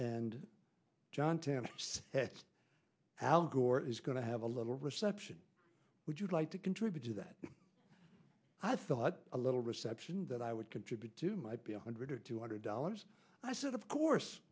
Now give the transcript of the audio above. gore is going to have a little reception would you like to contribute to that i thought a little reception that i would contribute to might be a hundred or two hundred dollars and i said of course